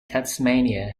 tasmania